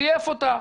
זייף אותה,